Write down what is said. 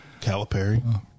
Calipari